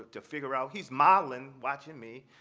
to figure out, he's modeling watching me,